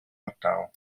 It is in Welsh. ardal